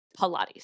Pilates